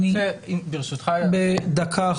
איתי עמיקם, דקה אחת.